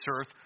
earth